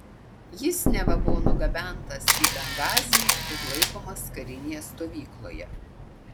jis neva buvo nugabentas į bengazį ir laikomas karinėje stovykloje